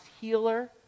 healer